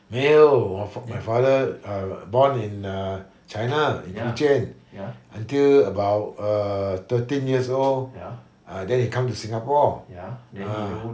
没有我 fa~ my father born in err china in fujian until about err thirteen years old uh then he come to singapore ah